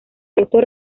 estos